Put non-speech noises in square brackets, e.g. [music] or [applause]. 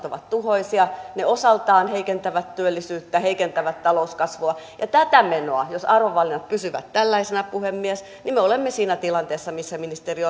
[unintelligible] ovat tuhoisia ne osaltaan heikentävät työllisyyttä heikentävät talouskasvua ja tätä menoa jos arvovalinnat pysyvät tällaisina puhemies me olemme siinä tilanteessa mihin te ministeri [unintelligible]